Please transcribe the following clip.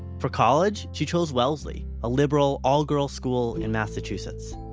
for college, she chose wellesley a liberal all-girls school in massachusetts.